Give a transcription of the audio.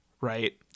right